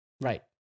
Right